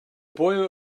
boy